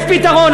יש פתרון.